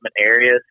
areas